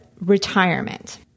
retirement